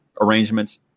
arrangements